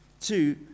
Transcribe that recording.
Two